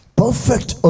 perfect